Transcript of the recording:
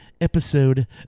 episode